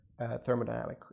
thermodynamically